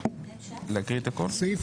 (הוראת שעה),